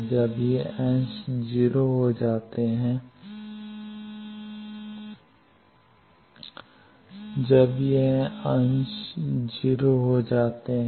जब ये अंश 0 हो जाते हैं जब वे 0 हो जाते हैं